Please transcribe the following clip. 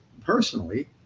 personally